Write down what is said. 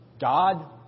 God